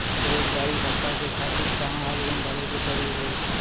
बेरोजगारी भत्ता के खातिर कहां आवेदन भरे के पड़ी हो?